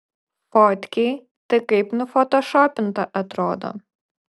fotkėj tai kaip nufotošopinta atrodo